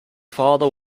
father